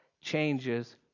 changes